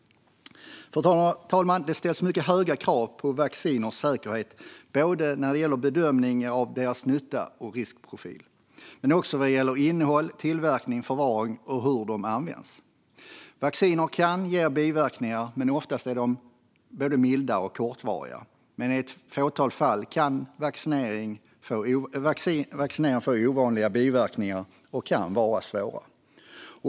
Fru talman! Det ställs mycket höga krav på vacciners säkerhet när det gäller bedömningen av deras nytta och av deras riskprofil men också vad gäller innehåll, tillverkning, förvaring och hur de används. Vacciner kan ge biverkningar, men oftast är de både milda och kortvariga. Men i ett fåtal fall kan de som vaccinerar sig få ovanliga biverkningar som kan vara svåra.